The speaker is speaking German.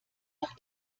nach